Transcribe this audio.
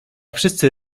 wszyscy